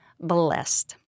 blessed